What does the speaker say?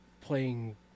playing